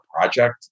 project